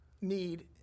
need